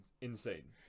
insane